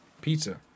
Pizza